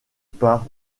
par